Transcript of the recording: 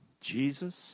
Jesus